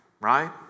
right